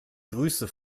grüße